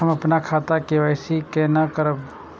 हम अपन खाता के के.वाई.सी केना करब?